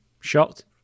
shocked